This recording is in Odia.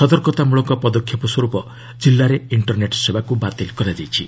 ସତର୍କତାମଳକ ପଦକ୍ଷେପସ୍ୱର୍ପ କିଲ୍ଲାରେ ଇଷ୍ଟରନେଟ୍ ସେବାକୁ ବାତିଲ୍ କରାଯାଇଛି